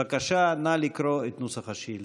בבקשה, נא לקרוא את נוסח השאילתה.